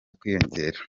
kwiyongera